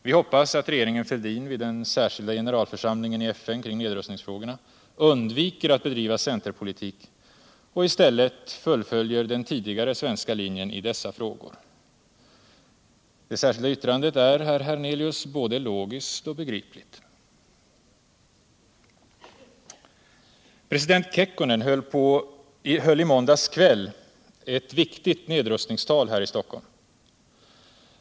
Vi hoppas att regeringen Fälldin vid den särskilda generalförsamlingen i FN kring nedrustningsfrågorna undviker att bedriva centerpolitik och i stället fullföljer den tidigare svenska linjen i dessa frågor. Det särskilda yttrandet är, herr Hernelius. både logiskt och begripligt. President Kekkonen höll i måndags kväll eu viktigt nedrustningstal här i Stock holm.